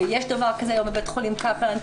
ויש דבר כזה היום בבית החולים קפלן,